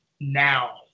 now